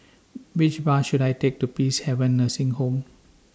Which Bus should I Take to Peacehaven Nursing Home